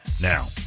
Now